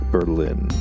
Berlin